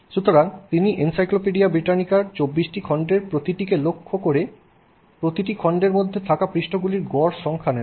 সুতরাং তিনি এনসাইক্লোপিডিয়া ব্রিটানিকার 24 খণ্ডের প্রতি লক্ষ্য করে প্রতিটি খণ্ডের মধ্যে থাকা পৃষ্ঠাগুলির গড় সংখ্যা নেন